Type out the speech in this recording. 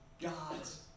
God's